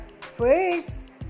First